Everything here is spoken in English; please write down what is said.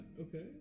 Okay